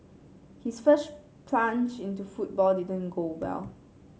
his first plunge into football didn't go well